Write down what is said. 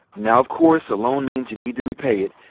now, of course, a loan means you need to repay it.